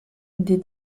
des